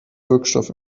wirkstoff